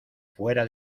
fuera